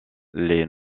les